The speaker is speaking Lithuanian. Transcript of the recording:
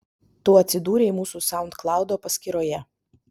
tu atsidūrei mūsų saundklaudo paskyroje